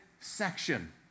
section